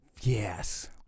Yes